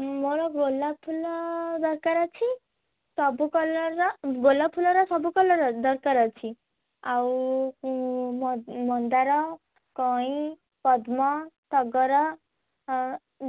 ମୋର ଗୋଲାପ୍ ଫୁଲ ଦରକାର ଅଛି ସବୁ କଲର୍ ର ଗୋଲାପ୍ ଫୁଲର ସବୁ କଲର୍ ଦରକାର ଅଛି ଆଉ ମନ୍ଦାର କଇଁ ପଦ୍ମ ଟଗର